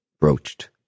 broached